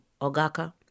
ogaka